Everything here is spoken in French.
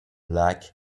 lac